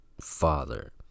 father